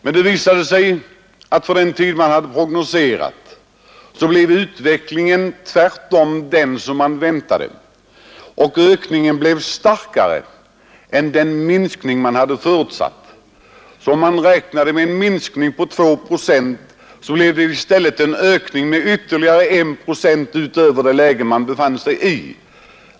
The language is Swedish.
Men det visade sig att utvecklingen under den tid man prognostiserat blev den rakt motsatta mot den man väntat sig. Om man alltså räknat med en minskning med 2 procent blev det i stället en ökning med 1 procent.